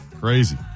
Crazy